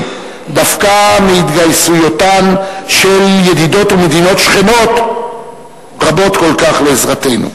דווקא מהתגייסותן של ידידות ומדינות שכנות רבות כל כך לעזרתנו.